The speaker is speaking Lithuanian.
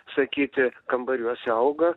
sakyti kambariuose auga